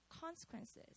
consequences